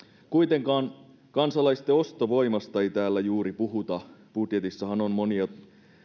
kuitenkaan kansalaisten ostovoimasta ei täällä juuri puhuta budjetissahan on monia